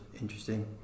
interesting